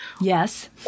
yes